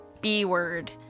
B-word